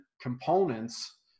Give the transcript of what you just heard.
components